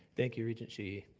thank you, regent sheehy.